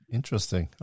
Interesting